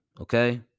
okay